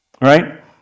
right